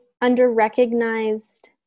under-recognized